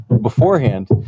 beforehand